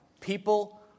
people